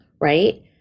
Right